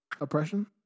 oppression